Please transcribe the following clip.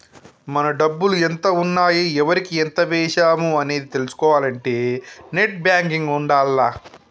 మన డబ్బులు ఎంత ఉన్నాయి ఎవరికి ఎంత వేశాము అనేది తెలుసుకోవాలంటే నెట్ బ్యేంకింగ్ ఉండాల్ల